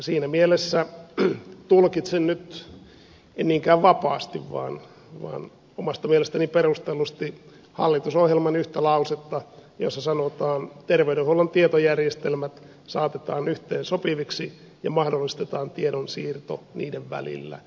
siinä mielessä tulkitsen nyt en niinkään vapaasti vaan omasta mielestäni perustellusti hallitusohjelman yhtä lausetta jossa sanotaan että terveydenhuollon tietojärjestelmät saatetaan yhteensopiviksi ja mahdollistetaan tiedonsiirto niiden välillä